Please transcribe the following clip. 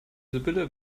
sibylle